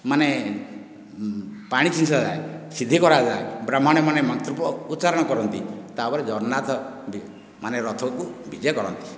ମାନେ ପାଣି ଛୀଞ୍ଚାଯାଏ ସିଦ୍ଧି କରାଯାଏ ବ୍ରାହ୍ମଣ ମାନେ ମନ୍ତ୍ରକୁ ଉଚ୍ଚାରଣ କରନ୍ତି ତାପରେ ଜଗନ୍ନାଥ ମାନେ ରଥକୁ ବିଜେ କରନ୍ତି